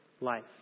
life